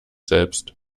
selbst